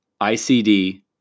ICD